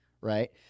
right